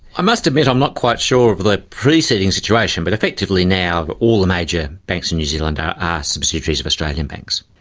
i must admit i'm not quite sure of the preceding situation, but effectively now all the major banks in new zealand are subsidiaries of australian banks.